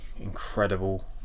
incredible